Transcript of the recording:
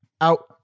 out